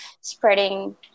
spreading